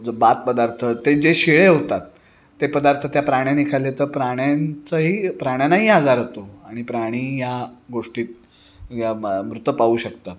बाद पदार्थ ते जे शिळे होतात ते पदार्थ त्या प्राण्यांनी खाल्ले तर प्राण्यांचंही प्राण्यांनाही आजार होतो आणि प्राणी या गोष्टीत या मृत पाहू शकतो